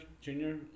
junior